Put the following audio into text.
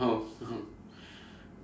oh